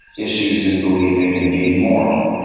issues in believing in being moral,